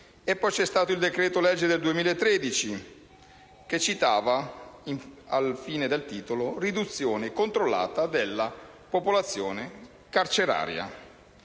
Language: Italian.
Poi c'è stato il decreto-legge del dicembre 2013, che citava nel titolo «riduzione controllata della popolazione carceraria».